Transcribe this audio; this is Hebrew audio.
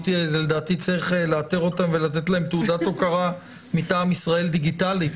לדעתי צריך לאתר אותם ולתת להם תעודת הוקרה מטעם ישראל דיגיטלית.